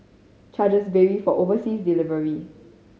charges vary for overseas delivery